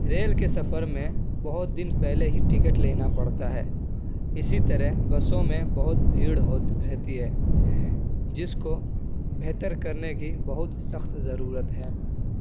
rail کے سفر میں بہت دن پہلے ہی ٹکٹ لینا پڑتا ہے اسی طرح بسوں میں بہت بھیڑ ہو رہتی ہے جس کو بہتر کرنے کی بہت سخت ضرورت ہے